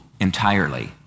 entirely